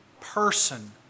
person